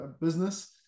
business